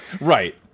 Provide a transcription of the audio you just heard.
right